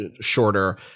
shorter